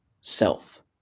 Self